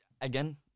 again